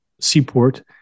seaport